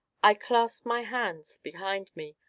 i clasped my hands behind me,